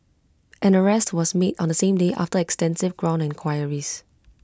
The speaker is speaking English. an arrest was made on the same day after extensive ground enquiries